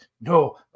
No